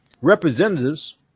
Representatives